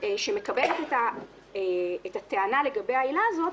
שמקבלת את הטענה לגבי העילה הזאת,